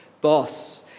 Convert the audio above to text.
Boss